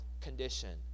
condition